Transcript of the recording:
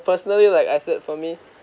personally like acid for me